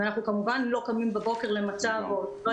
ואנחנו כמובן לא קמים בבוקר למצב או שלא